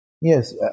Yes